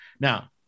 Now